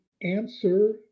answer